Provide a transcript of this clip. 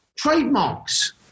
Trademarks